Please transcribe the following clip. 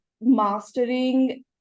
mastering